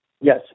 Yes